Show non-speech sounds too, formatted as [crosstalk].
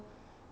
[breath]